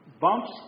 bumps